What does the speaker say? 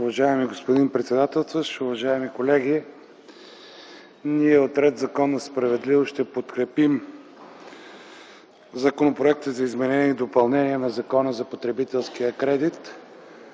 Уважаеми господин председателстващ, уважаеми колеги! Ние от „Ред, законност и справедливост” ще подкрепим Законопроекта за изменение и допълнение на Закона за потребителския кредит,